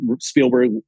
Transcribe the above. Spielberg